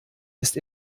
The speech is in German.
ist